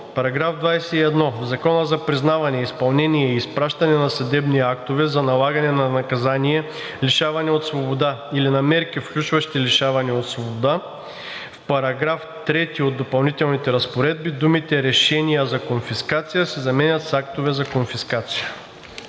§ 21: „§ 21. В Закона за признаване, изпълнение и изпращане на съдебни актове за налагане на наказание „лишаване от свобода“ или на мерки, включващи лишаване от свобода (обн., ДВ, бр. 45 от 2019 г.) в § 3 от допълнителните разпоредби думите „решения за конфискация“ се заменят с „актове за конфискация“.“